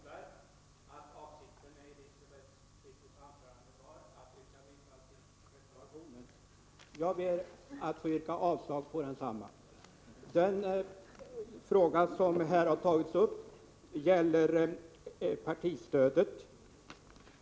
Herr talman! Jag förmodar att avsikten med Elisabeth Fleetwoods anförande var att yrka bifall till reservationen. Jag ber att få yrka avslag på densamma. Den fråga som här har tagits upp gäller partistödet.